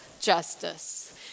justice